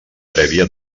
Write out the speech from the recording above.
prèvia